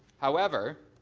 however,